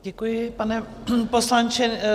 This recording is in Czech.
Děkuji, pane poslanče.